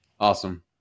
Awesome